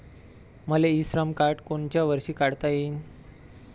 मले इ श्रम कार्ड कोनच्या वर्षी काढता येईन?